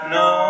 no